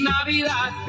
Navidad